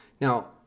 Now